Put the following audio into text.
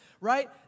Right